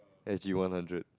S_G one hundred